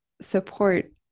support